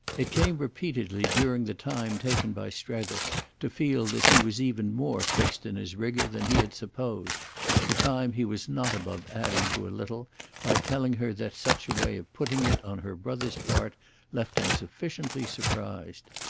it came repeatedly during the time taken by strether to feel that he was even more fixed in his rigour than he had supposed the time he was not above adding to a little by telling her that such a way of putting it on her brother's part left him sufficiently surprised.